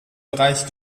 bereich